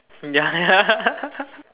ya ya